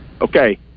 Okay